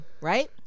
right